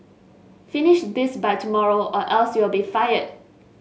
finish this by tomorrow or else you'll be fired